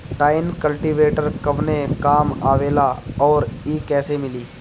Tine cultivator कवने काम आवेला आउर इ कैसे मिली?